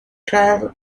trial